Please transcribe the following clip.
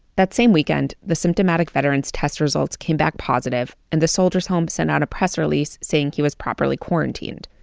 that same weekend, the symptomatic veteran's test results came back positive, and the soldiers' home sent out a press release saying he was properly quarantined.